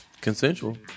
consensual